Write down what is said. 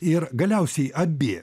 ir galiausiai abi